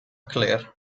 claire